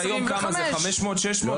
האם זה היום 500 - 600?